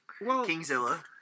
Kingzilla